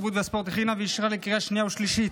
התרבות והספורט הכינה ואישרה לקריאה שנייה ושלישית.